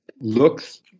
looks